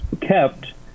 kept